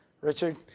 Richard